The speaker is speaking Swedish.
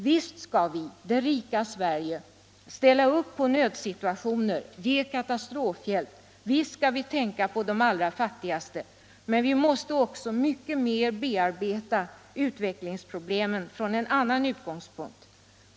Visst skall vi, det rika Sverige, ställa upp i nödsituationer, ge katastrofhjälp. Visst skall vi tänka på de allra fattigaste. Men vi måste också mycket mer bearbeta utvecklingsproblemen från annan utgångspunkt.